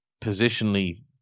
positionally